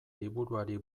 liburuari